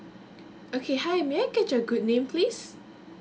okay hi may I catch your good name please